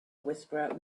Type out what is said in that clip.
whisperer